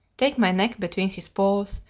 take my neck between his paws,